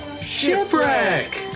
Shipwreck